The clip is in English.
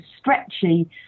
stretchy